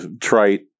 trite